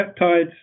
Peptides